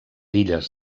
illes